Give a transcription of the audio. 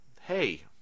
Hey